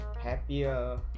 happier